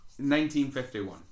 1951